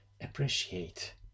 Appreciate